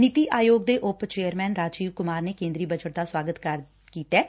ਨੀਤੀ ਆਯੋਗ ਦੇ ਉਪ ਚੇਅਰਮੈਨ ਰਾਜੀਵ ਕੁਮਾਰ ਨੇ ਕੇਦਰੀ ਬਜਟ ਦਾ ਸੁਆਗਤ ਕੀਤੈ